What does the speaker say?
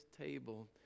table